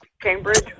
Cambridge